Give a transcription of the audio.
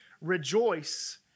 Rejoice